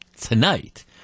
tonight